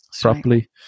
properly